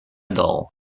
doll